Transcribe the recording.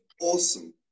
awesome